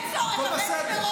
הכול בסדר.